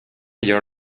your